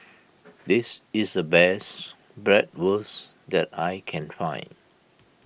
this is a best Bratwurst that I can find